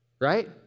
Right